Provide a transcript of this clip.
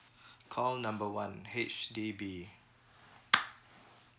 call number one H_D_B